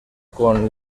con